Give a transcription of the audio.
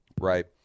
right